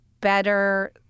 better